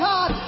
God